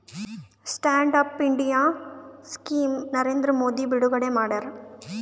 stand up India scheme Narendra Modi ಬಿಡುಗಡೆ ಮಾಡ್ಯಾರ